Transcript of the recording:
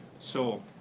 so,